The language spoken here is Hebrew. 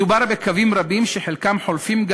מדובר בקווים רבים שחלקם חולפים גם